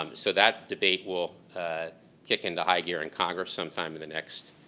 um so that debate will kick into high gear in congress some time in the next